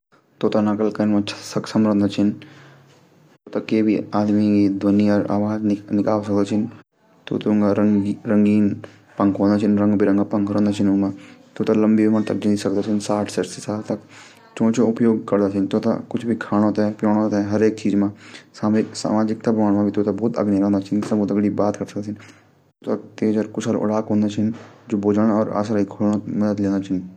तोतो मा सबसे अनोखी विशेषता य हूदी की तोता एक मात्र पक्षी जू मानवों की आवाज निकाल सकदू। और कई वाक्य तू ऊ सिखाण पर भी सीख जांंदन। तोता बहुत ही सामाजिक पक्षी चा। और अपड मानव परिवार साथ भी ऊ बातचीत कन भी पःसद करदू। तोता चंचल भी हूदन और अपडी आस. पास चीज भी खुजण भी पंसद करदन व